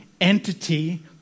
entity